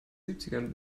siebzigern